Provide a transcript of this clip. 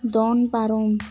ᱫᱚᱱ ᱯᱟᱨᱚᱢ